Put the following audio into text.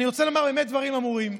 אני רוצה לומר במה דברים אמורים.